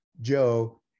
Joe